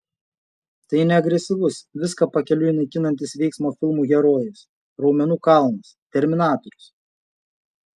tai ne agresyvus viską pakeliui naikinantis veiksmo filmų herojus raumenų kalnas terminatorius